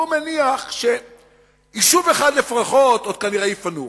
והוא מניח שיישוב אחד לפחות עוד כנראה יפנו,